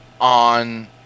On